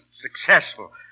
successful